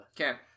Okay